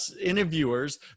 interviewers